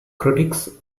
critics